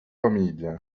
famiglia